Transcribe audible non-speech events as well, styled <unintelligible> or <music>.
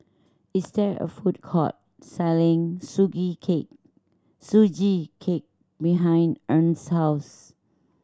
is there a food court selling <unintelligible> cake Sugee Cake behind Ernst house